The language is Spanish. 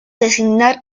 designar